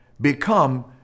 become